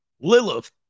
Lilith